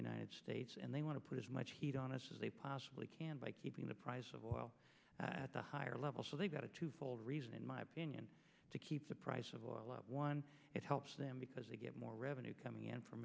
united states and they want to put as much heat on us as they possibly can by keeping the price of oil at the higher level so they've got a twofold reason in my opinion to keep the price of oil up one it helps them because they get more revenue coming in from